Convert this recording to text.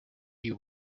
you